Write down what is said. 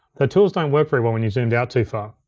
the tools don't work very when when you're zoomed out too far.